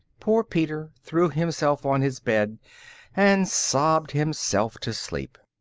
poor peter threw himself on his bed and sobbed himself to sleep.